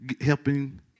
helping